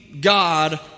God